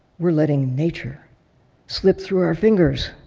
we're letting nature slip through our fingers,